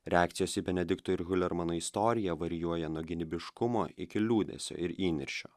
reakcijos į benedikto ir hulermano istoriją varijuoja nuo gynybiškumo iki liūdesio ir įniršio